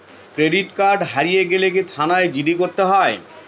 Credit card হারিয়ে গেলে কি থানায় জি.ডি করতে হয়?